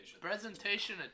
Presentation